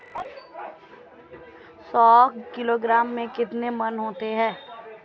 सौ किलोग्राम में कितने मण होते हैं?